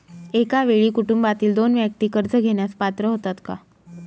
एका वेळी कुटुंबातील दोन व्यक्ती कर्ज घेण्यास पात्र होतात का?